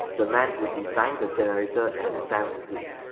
the man who designed the generator and sam's suit.